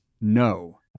no